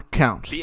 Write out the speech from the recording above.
count